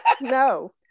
No